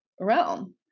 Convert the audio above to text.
realm